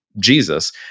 Jesus